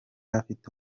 afite